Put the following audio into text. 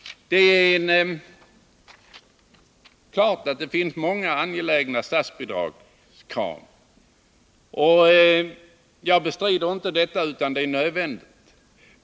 Det är klart att det finns många angelägna statsbidragskrav — jag bestrider inte det.